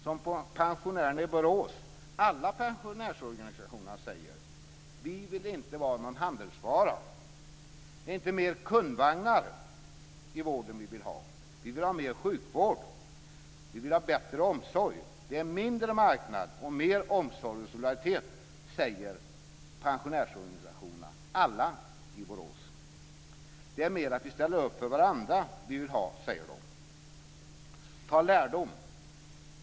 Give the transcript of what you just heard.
Som pensionärerna i Borås - alla pensionärsorganisationer - säger: Vi vill inte vara någon handelsvara. Det är inte mer kundvagnar i vården vi vill ha. Vi vill ha mer sjukvård. Vi vill ha bättre omsorg. Det är mindre marknad och mer omsorg och solidaritet, säger alla pensionärsorganisationer i Borås. Det är mer av att ställa upp för varandra vi vill ha, säger de. Ta lärdom.